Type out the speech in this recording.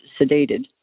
sedated